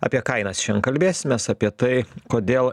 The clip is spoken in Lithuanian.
apie kainas šian kalbėsimės apie tai kodėl